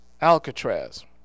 Alcatraz